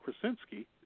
Krasinski